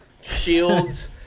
shields